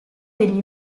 degli